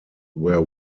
were